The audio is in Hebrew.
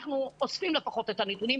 אנחנו לפחות אוספים את הנתונים,